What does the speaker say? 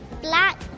black